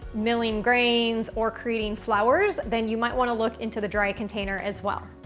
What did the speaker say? milling grains, or creating flours then you might wanna look into the dry container as well.